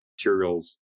materials